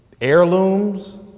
Heirlooms